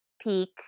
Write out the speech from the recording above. peak